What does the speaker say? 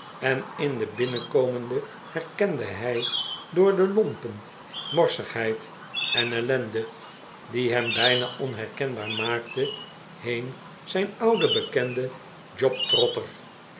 en in den binnenkomende herkende hij door de lompen morsigheid en ellende die hem bijna onherkeribaar maakten heen zijn ouden bekende job trotter